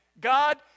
God